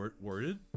worded